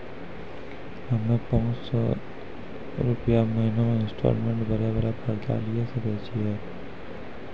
हम्मय पांच सौ रुपिया महीना इंस्टॉलमेंट भरे वाला कर्जा लिये सकय छियै?